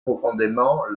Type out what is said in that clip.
profondément